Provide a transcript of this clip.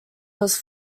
was